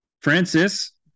Francis